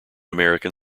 american